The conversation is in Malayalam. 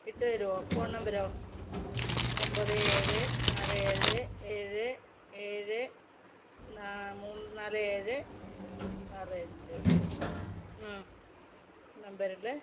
ഇട്ടുതരുമോ ഫോൺ നമ്പറോ ഒൻപത് ഏഴ് നാല് ഏഴ് ഏഴ് ഏഴ് നാ മൂ നാല് ഏഴ് ആറ് അഞ്ച് നമ്പറല്ലേ